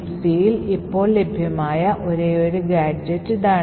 Libcൽ ഇപ്പോൾ ലഭ്യമായ ഒരേയൊരു ഗാഡ്ജെറ്റ് ഇതാണ്